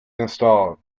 installed